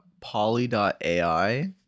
poly.ai